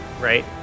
right